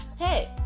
hey